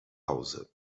hause